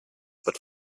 but